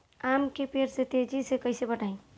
आम के पेड़ को तेजी से कईसे बढ़ाई?